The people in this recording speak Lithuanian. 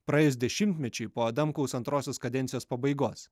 praėjus dešimtmečiui po adamkaus antrosios kadencijos pabaigos